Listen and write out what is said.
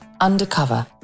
Undercover